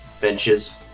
benches